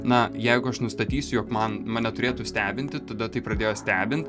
na jeigu aš nustatysiu jog man mane turėtų stebinti tada tai pradėjo stebint